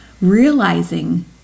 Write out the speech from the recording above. realizing